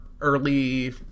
early